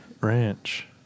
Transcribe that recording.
ranch